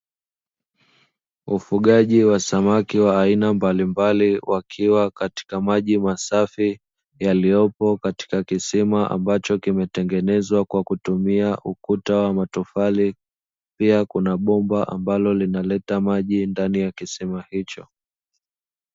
Ufugaji wa samaki wa aina mbalimbali wakiwa katika maji masafi yaliyopo katika kisima ambacho kimetengenezwa kwa kutumia ukuta wa matofali, pia kuna bomba ambalo linaleta maji ndani ya kisima hicho.